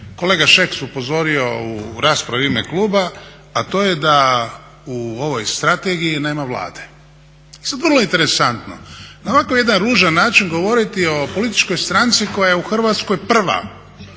kolega Šeks upozorio u raspravi u ime kluba, a to je da u ovoj strategiji nema Vlade. I sad vrlo interesantno na ovako jedan ružan način govoriti o političkoj stranci koja je u Hrvatskoj prva